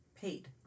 paid